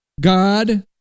God